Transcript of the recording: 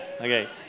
okay